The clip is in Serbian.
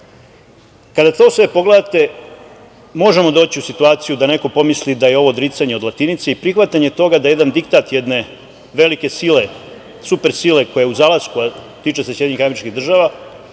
to sve pogledate, možemo doći u situaciju da neko pomisli da je ovo odricanje od latinice i prihvatanje toga da jedan diktat jedne velike sile, super sile koja je u zalasku, a tiče se SAD, bude prihvaćen